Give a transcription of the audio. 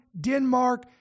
Denmark